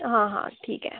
हां हां ठीक आहे